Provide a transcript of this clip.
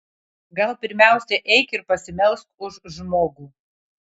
gal pirmiausia eik ir pasimelsk už žmogų